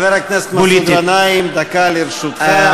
חבר הכנסת מסעוד גנאים, דקה לרשותך.